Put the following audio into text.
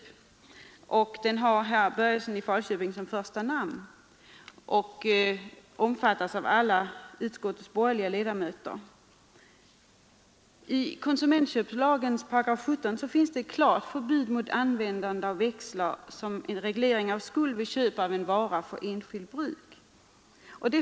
Den tillstyrker en motion av herr Börjesson i Falköping och omfattas av alla utskottets borgerliga ledamöter. I konsumentköplagens 17 § stadgas ett klart förbud mot användande av växlar för reglering av skuld vid köp av vara för enskilt bruk.